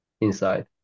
inside